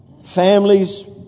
Families